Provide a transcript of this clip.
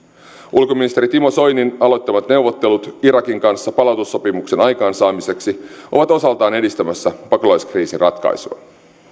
ulkoministeri timo soinin aloittamat neuvottelut irakin kanssa palautussopimuksen aikaansaamiseksi ovat osaltaan edistämässä pakolaiskriisin ratkaisua